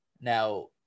Now